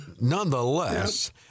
nonetheless